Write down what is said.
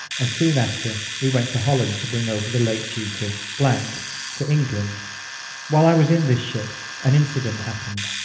and soon after we went to holland to bring over the late duke of to england while i was in this ship an incident happened,